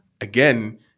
again